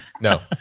No